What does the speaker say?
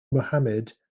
mohammed